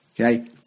Okay